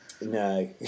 No